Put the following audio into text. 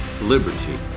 Liberty